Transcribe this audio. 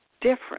different